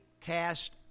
cast